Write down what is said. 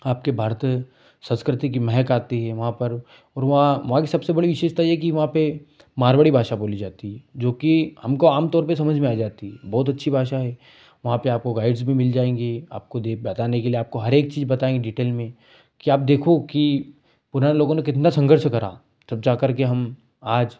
आपके भारत संस्कृति की महक आती है वहाँ पर और वहाँ वहाँ की सबसे बड़ी विशेषता ये है कि वहाँ पर मारवाड़ी भाषा बोली जाती है जो कि हमको आम तौर पर समझ में आ जाती है बहुत अच्छी भाषा है वहाँ पर आपको गाइड्स भी मिल जाएँगे आपको दे बताने के लिए आपको हरेक चीज बताएँगे डिटेल में कि आप देखो कि पुराने लोगों ने कितना संघर्ष करा तब जाकर के हम आज